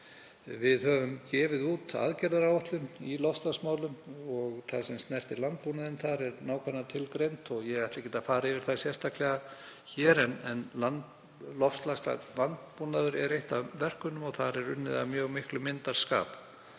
Við höfum gefið út aðgerðaáætlun í loftslagsmálum. Það sem snertir landbúnaðinn er nákvæmlega tilgreint og ég ætla ekki að fara yfir það sérstaklega hér en loftslagsvænn landbúnaður er eitt af verkunum og þar er unnið af mjög miklum myndarskap.